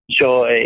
joy